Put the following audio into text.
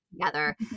together